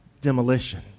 demolition